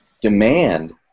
demand